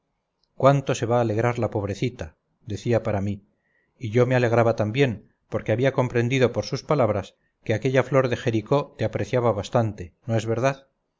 cuánto se va a alegrar la pobrecita decía para mí y yo me alegraba también porque había comprendido por sus palabras que aquella flor de jericó te apreciaba bastante no es verdad